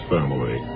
Family